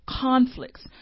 conflicts